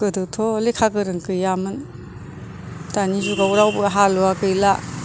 गोदोथ' लेखा गोरों गैयामोन दानि जुगाव रावबो हालुवा गैला